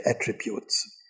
attributes